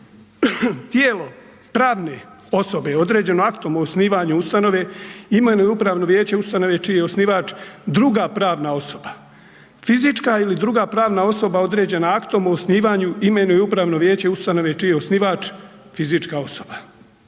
Tijelo pravne osobe je određeno aktom o osnivanju ustanove imenuje upravno vijeće ustanove čiji je osnivač druga pravan osoba fizička ili druga pravna osoba određena aktom o osnivanju imenuje upravno vijeće ustanove čiji je osnivač fizička osoba.